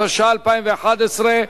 התשע"א 2011,